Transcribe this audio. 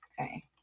Okay